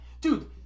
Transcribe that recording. Dude